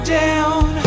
down